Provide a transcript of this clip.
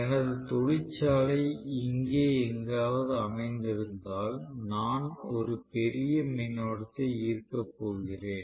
எனது தொழிற்சாலை இங்கே எங்காவது அமைந்திருந்தால் நான் ஒரு பெரிய மின்னோட்டத்தை ஈர்க்கப் போகிறேன்